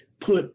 put